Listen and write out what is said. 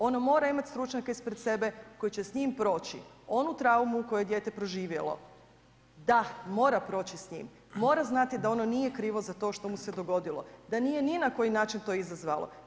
Ono mora imati stručnjake ispred sebe koji će s njim proći onu traumu koje je dijete proživjelo da mora proći s njim, mora znati da ono nije krivo za to što mu se dogodilo, da nije ni na koji način to izazvalo.